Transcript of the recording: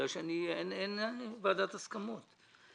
משום שאין ועדת הסכמות.